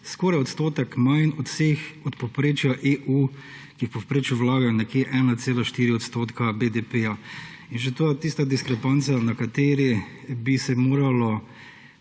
skoraj za odstotek manj od vseh, od povprečja EU, ki v povprečju vlagajo nekje 1,4 odstotka BDP-ja. In že to je tista diskrepanca, na kateri bi se moralo